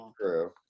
True